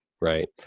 Right